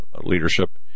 leadership